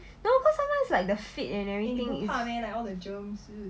no cause sometimes like the fit and everything is